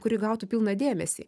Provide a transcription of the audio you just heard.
kuri gautų pilną dėmesį